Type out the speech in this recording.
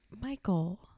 Michael